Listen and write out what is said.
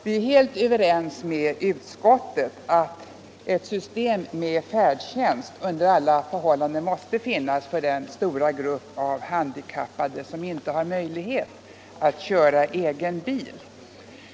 Vi är helt överens med utskottet att ett system med färdtjänst under alla förhållanden måste finnas för den stora grupp av handikappade som inte har möjlighet att köra egen bil.